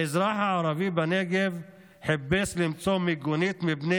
האזרח הערבי בנגב חיפש למצוא מיגונית מפני